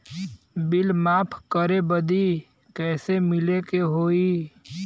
Bill माफ करे बदी कैसे मिले के होई?